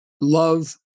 love